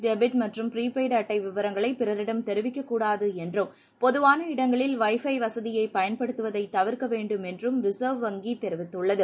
debit மற்றும் prepaid அட்டை விவரங்களை பிறரிடம் தெரிவிக்கக்கூடாது என்றும் பொதுவான் இடங்களில் வைஃபய் வசதியை பயன்படுத்துவதைத் தவிர்க்க வேண்டும் என்றும் ரிசர்வ் வங்கி கூறியுள்ளது